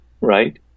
right